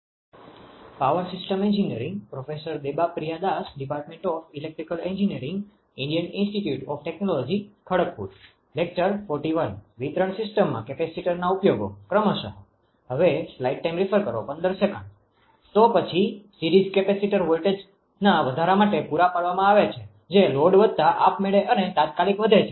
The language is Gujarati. તો પછી સીરીઝ કેપેસિટરseries capacitor શ્રેણી વીજધારક વોલ્ટેજvoltageવિદ્યુત સ્થિતિમાનના વધારા માટે પુરા પાડવામાં આવે છે જે લોડ વધતા આપમેળે અને તાત્કાલિક વધે છે